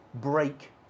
break